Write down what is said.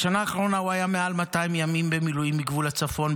בשנה האחרונה הוא היה יותר מ-200 ימים במילואים בגבול הצפון,